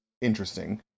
interesting